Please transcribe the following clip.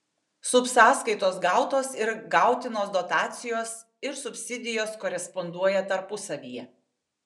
subsąskaitos gautos ir gautinos dotacijos ir subsidijos koresponduoja tarpusavyje